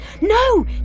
No